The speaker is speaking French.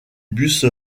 bus